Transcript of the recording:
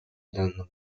данному